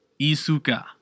Isuka